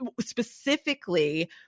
Specifically